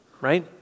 Right